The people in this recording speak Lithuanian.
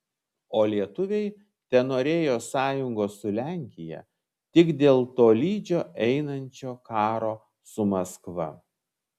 o lietuviai tenorėjo sąjungos su lenkija tik dėl tolydžio einančio karo su maskva